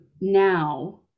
now